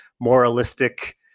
moralistic